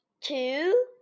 two